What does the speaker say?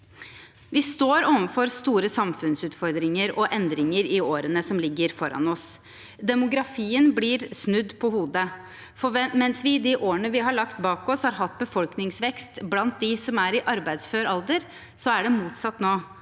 Vi står overfor store samfunnsutfordringer og endringer i årene som ligger foran oss. Demografien blir snudd på hodet. Mens vi i de årene vi har lagt bak oss, har hatt befolkningsvekst blant dem som er i arbeidsfør alder, er det motsatt nå: